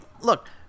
look